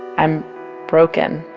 i'm broken,